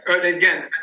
Again